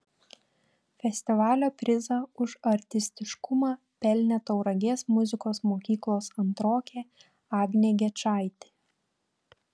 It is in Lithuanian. festivalio prizą už artistiškumą pelnė tauragės muzikos mokyklos antrokė agnė gečaitė